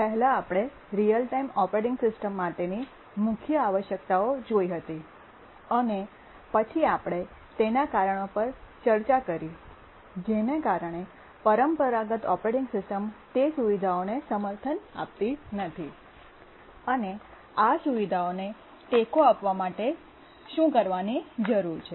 પહેલાં આપણે real time operating system માટેની મુખ્ય આવશ્યકતાઓ જોઇ હતી અને પછી આપણે તેના કારણો પર ચર્ચા કરી જેના કારણે પરંપરાગત ઓપરેટિંગ સિસ્ટમ્સ તે સુવિધાઓને સમર્થન આપતી નથી અને આ સુવિધાઓને ટેકો આપવા માટે શું કરવાની જરૂર છે